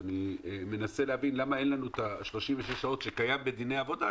אני מנסה להבין למה אין לנו את ה-36 שעות שקיים בדיני עבודה,